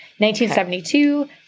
1972